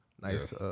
nice